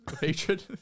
Hatred